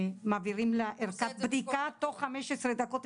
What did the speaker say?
מעבירים לערכת בדיקה ותוך 15 דקות,